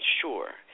sure